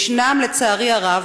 לצערי הרב,